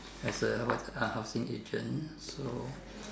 as a ah housing agent so